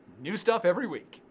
new stuff every week,